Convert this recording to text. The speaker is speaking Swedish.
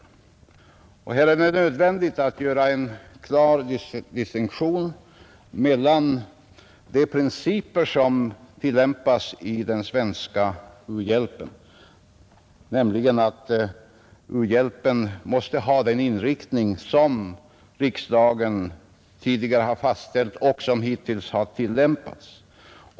Här är det nödvändigt att vidhålla den princip för den svenska u-hjälpsinriktning som riksdagen tidigare har fastställt och som hittills tillämpats.